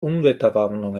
unwetterwarnung